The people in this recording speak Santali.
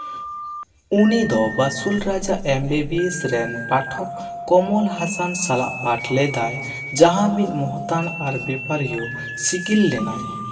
ᱩᱱᱤ ᱫᱚ ᱵᱟᱥᱩᱞ ᱨᱟᱡᱟ ᱮᱢ ᱵᱤ ᱵᱤ ᱮᱥ ᱨᱮᱱ ᱯᱟᱴᱷᱚᱠ ᱠᱚᱢᱚᱞ ᱦᱟᱥᱟᱱ ᱥᱟᱞᱟᱜ ᱯᱟᱴ ᱞᱮᱫᱟᱭ ᱡᱟᱦᱟᱸ ᱢᱤᱫ ᱢᱚᱦᱚᱛᱟᱱ ᱟᱨ ᱵᱮᱯᱟᱨᱤᱭᱳ ᱥᱤᱜᱤᱞ ᱞᱮᱱᱟᱭ